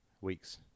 Weeks